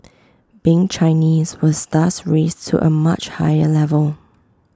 being Chinese was thus raised to A much higher level